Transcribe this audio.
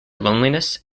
loneliness